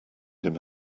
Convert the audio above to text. him